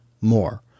more